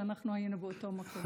שאנחנו היינו באותו מקום.